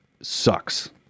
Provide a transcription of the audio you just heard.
sucks